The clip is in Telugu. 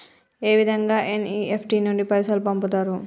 ఏ విధంగా ఎన్.ఇ.ఎఫ్.టి నుండి పైసలు పంపుతరు?